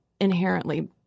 inherently